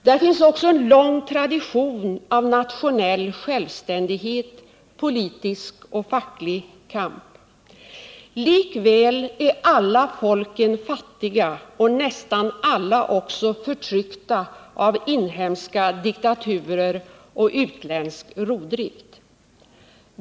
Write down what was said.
Där finns också en lång tradition av nationell självständighet, politisk och facklig kamp. Likväl är alla folken fattiga och nästan alla också förtryckta av inhemska diktaturer och utländsk rovdrift.